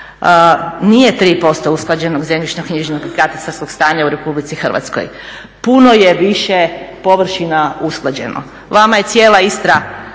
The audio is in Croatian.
nije 3% usklađenog zemljišno-knjižnog i katastarskog stanja u Republici Hrvatskoj, puno je više površina usklađeno. Vama je cijela Istra